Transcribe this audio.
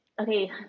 okay